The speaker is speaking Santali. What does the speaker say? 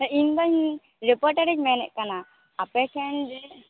ᱦᱮ ᱤᱧᱫᱚ ᱨᱤᱯᱳᱴᱟᱨᱤᱧ ᱢᱮᱱᱮᱫ ᱠᱟᱱᱟ ᱟᱯᱮᱴᱷᱮᱱ ᱡᱮ